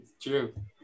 True